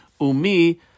Umi